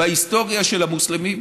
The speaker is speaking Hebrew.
בהיסטוריה של המוסלמים,